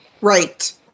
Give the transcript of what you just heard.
right